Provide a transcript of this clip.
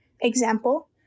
Example